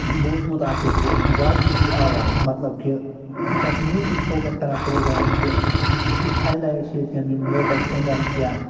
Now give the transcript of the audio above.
بوٗزمُت آسیو کہِ وادی کی آواز مطلب کہِ یہِ چھِ اَکھ میوٗزِک فوکَس کران پرٛوگرام کہِ یُس ہَے لایِٹ چھِ ییٚتہِ کٮ۪ن یِم لوکَل سِنٛگَر چھِ یا